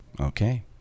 Okay